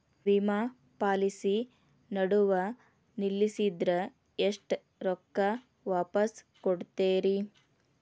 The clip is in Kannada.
ವಿಮಾ ಪಾಲಿಸಿ ನಡುವ ನಿಲ್ಲಸಿದ್ರ ಎಷ್ಟ ರೊಕ್ಕ ವಾಪಸ್ ಕೊಡ್ತೇರಿ?